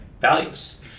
Values